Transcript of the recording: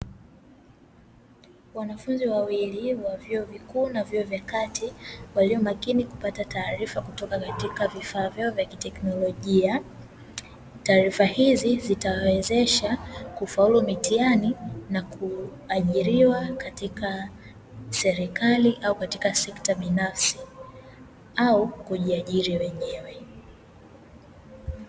Wanafunzi wawili wa vyuo vikuu na vyuo vya kati, walio makini kupata taarifa kutoka katika vifaa vya kitek nolojia, taarifa hizi zitawawezesha kufaulu mitihani na kuajiriwa katika serikali au katika sekta binafsi au kujiajiri wenyewe.